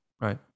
Right